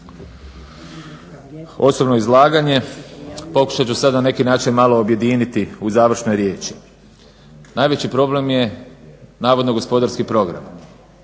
osobno izlaganje pokušat ću na neki način malo objediniti u završnoj riječi. Najveći problem je navodno gospodarski program.